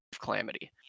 calamity